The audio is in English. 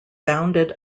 bounded